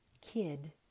kid